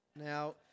Now